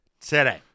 today